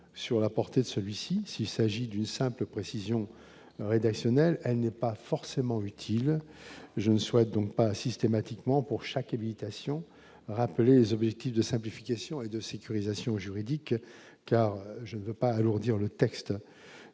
sur la portée de celui-ci, s'il s'agit d'une simple précision rédactionnelle, elle n'est pas forcément utile, je ne souhaite donc pas systématiquement pour chaque habitation rappeler les objectifs de simplification et de sécurisation juridique car je ne veux pas alourdir le texte,